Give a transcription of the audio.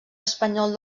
espanyol